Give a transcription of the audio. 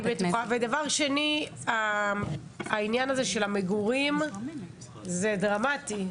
דבר שני זה העניין הזה של המגורים, זה דרמטי.